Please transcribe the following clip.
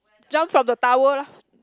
jump from the tower lah